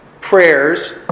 prayers